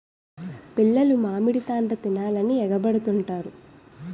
పిల్లలు మామిడి తాండ్ర తినాలని ఎగబడుతుంటారు